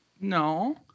No